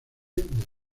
del